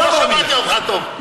לא שמעתי אותך טוב.